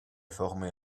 formé